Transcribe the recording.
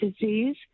disease